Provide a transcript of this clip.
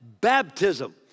baptism